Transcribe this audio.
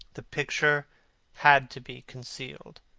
the picture had to be concealed.